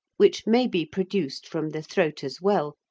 which may be produced from the throat as well,